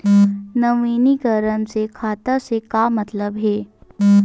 नवीनीकरण से खाता से का मतलब हे?